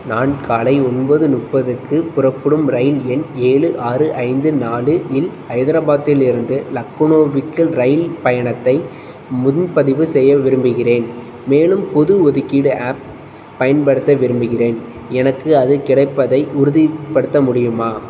நான் காலை ஒன்பது முப்பதுக்கு புறப்படும் இரயில் எண் ஏழு ஆறு ஐந்து நாலு இல் ஹைதராபாத்திலிருந்து லக்னோவிக்கு இரயில் பயணத்தை முன்பதிவு செய்ய விரும்புகின்றேன் மேலும் பொது ஒதுக்கீடு ஆப் பயன்படுத்த விரும்புகின்றேன் எனக்கு அது கிடைப்பதை உறுதிப்படுத்த முடியுமா